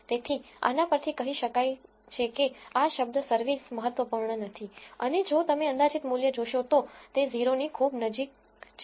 તેથી આના પરથી કહી શકાય છે કે આ શબ્દ service મહત્વપૂર્ણ નથી અને જો તમે અંદાજિત મૂલ્ય જોશો તો તે 0 ની ખૂબ જ નજીક છે